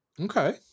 Okay